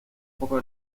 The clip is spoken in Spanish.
pocos